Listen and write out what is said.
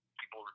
people